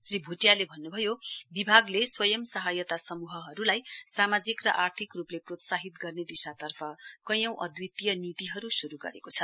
श्री भुटियाले भन्नुभयो विभागले स्वयं सहायता समूहहरूलाई सामाजिक र आर्थिक रूपले प्रोत्साहित गर्ने दिशातर्फ कैयौं अद्वितीय नीतिहरू शुरू गरेको छ